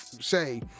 say